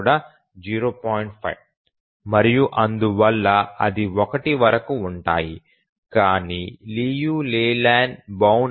5 మరియు అందువల్ల అవి 1 వరకు ఉంటాయి కాని లియు లేలాండ్ బౌండ్ 0